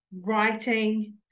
writing